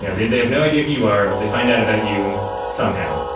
yeah they they have no idea who you are, they find out about you somehow.